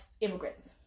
immigrants